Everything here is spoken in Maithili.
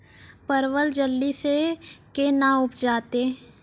परवल जल्दी से के ना उपजाते?